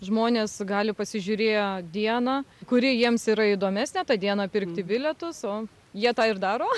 žmonės gali pasižiūrėję dieną kuri jiems yra įdomesnė tą dieną pirkti bilietus o jie tą ir daro